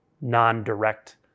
non-direct